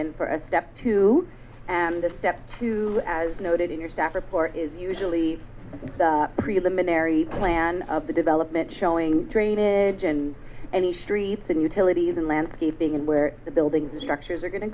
in for a step two and a step two as noted in your staff report is usually the preliminary plan of the development showing drainage and any streets and utilities and landscaping and where the buildings and structures are going to